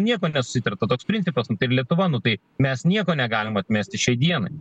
nieko nesusitarta toks principas lietuva nu tai mes nieko negalim atmesti šiai dienai